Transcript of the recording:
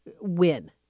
win